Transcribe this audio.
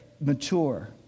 mature